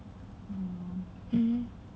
um